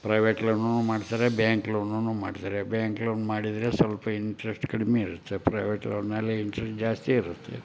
private ಲೋನೂ ಮಾಡ್ತಾರೆ bank ಲೋನೂ ಮಾಡ್ತಾರೆ ಬ್ಯಾಂಕ್ ಲೋನ್ ಮಾಡಿದರೆ ಸ್ವಲ್ಪ ಇಂಟ್ರೆಸ್ಟ್ ಕಡಿಮೆ ಇರುತ್ತೆ ಪ್ರೈವೇಟ್ ಲೋನಲ್ಲಿ ಇಂಟ್ರೆಸ್ಟ್ ಜಾಸ್ತಿ ಇರುತ್ತೆ